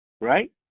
right